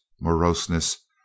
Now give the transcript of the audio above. moroseness